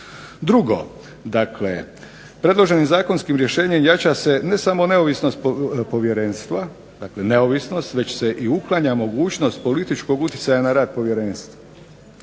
Drugo, dakle. Predloženim zakonskim rješenjem jača se ne samo neovisnost povjerenstva, dakle neovisnost već se i uklanja mogućnost političkog uticaja na rad povjerenstva.